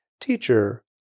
Teacher